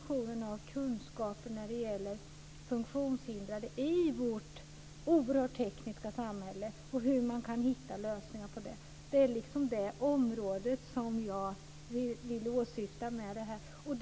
I vårt oerhört tekniska samhälle gäller det att hitta en lösning på problemet med produktionen av kunskaper om funktionshinder.